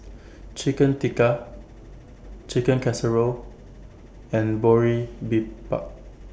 Chicken Tikka Chicken Casserole and